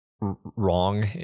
wrong